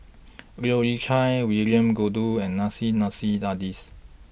Leu Yew Chye William Goode and Nissim Nassim Adis